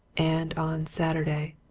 and on saturday.